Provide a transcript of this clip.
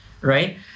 right